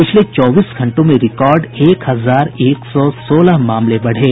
पिछले चौबीस घंटों में रिकॉर्ड एक हजार एक सौ सोलह मामले बढ़े